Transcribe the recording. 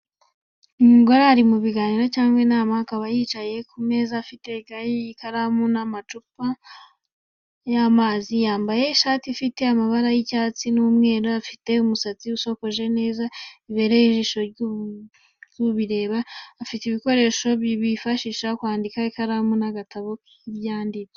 Umugore uri mu biganiro cyangwa inama, akaba yicaye ku meza afite akayi, ikaramu n'amacupa y’amazi. Yambaye ishati ifite amabara y’icyatsi n’umweru. Afite umusatsi usokoje neza bibereye ijisho ry'ubireba . Afite ibikoresho bimufasha kwandika ikaramu n’agatabo k’ibyanditswe.